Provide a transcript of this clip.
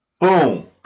boom